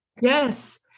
yes